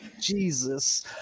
Jesus